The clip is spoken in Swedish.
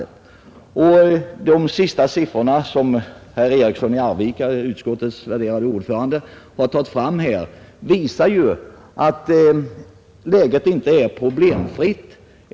De senaste siffrorna som herr Eriksson i Arvika, utskottets värderade ordförande, presenterade visar ju att läget inte är problemfritt.